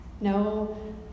no